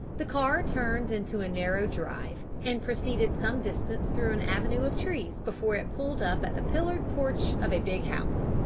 the car turned into a narrow drive, and proceeded some distance through an avenue of trees before it pulled up at the pillared porch of a big house.